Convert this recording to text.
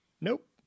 Nope